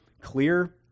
clear